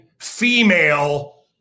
female